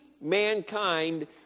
mankind